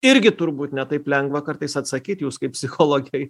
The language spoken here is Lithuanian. irgi turbūt ne taip lengva kartais atsakyt jūs kaip psichologai